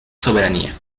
soberanía